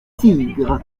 tigre